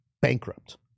bankrupt